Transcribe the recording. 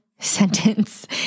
sentence